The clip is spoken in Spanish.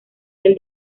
del